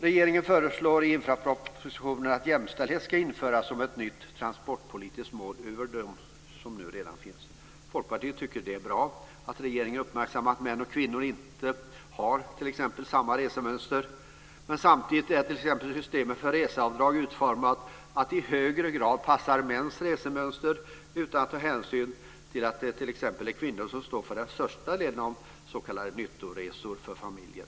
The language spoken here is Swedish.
Regeringen föreslås i infrastrukturpropositionen att jämställdhet ska införas som ett nytt transportpolitiskt mål utöver de som redan finns. Folkpartiet tycker att det är bra att regeringen uppmärksammar att män och kvinnor inte har samma resemönster. Men samtidigt är t.ex. systemet för reseavdrag utformat så att det i högre grad passar mäns resemönster utan att ta hänsyn till att det är kvinnor som står för den största delen av s.k. nyttoresor för familjen.